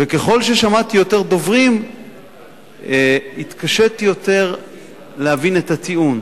וככל ששמעתי יותר דוברים התקשיתי יותר להבין את הטיעון.